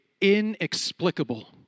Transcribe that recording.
inexplicable